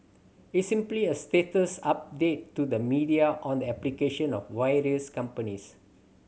it's simply a status update to the media on the application of various companies